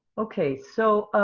okay. so,